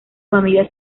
familia